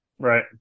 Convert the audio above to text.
Right